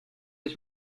ich